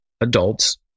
adults